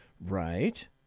Right